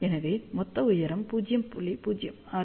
எனவே மொத்த உயரம் 0